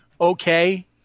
okay